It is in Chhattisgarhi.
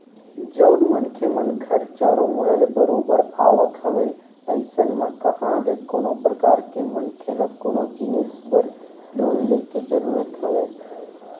जउन मनखे मन घर चारो मुड़ा ले बरोबर आवक हवय अइसन म कहाँ ले कोनो परकार के मनखे ल कोनो जिनिस बर लोन लेके जरुरत हवय